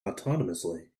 autonomously